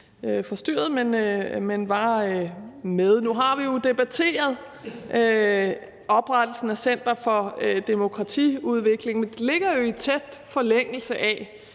forstyrret, men jeg var med og hørte dem. Nu har vi jo debatteret oprettelsen af center for demokratiudvikling, men det ligger i tæt forlængelse af